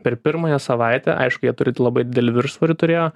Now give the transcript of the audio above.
per pirmąją savaitę aišku jie turi labai didelį viršsvorį turėjo